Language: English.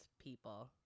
people